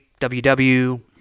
ww